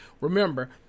Remember